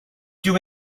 dyw